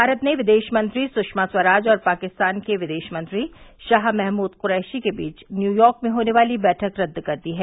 भारत ने विदेशमंत्री सुषमा स्वराज और पाकिस्तान के विदेशमंत्री शाह महमूद क्रैशी के बीच न्यूयॉर्क में होने वाली बैठक रद्द कर दी है